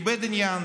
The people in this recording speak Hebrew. איבד עניין,